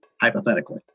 hypothetically